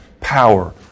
power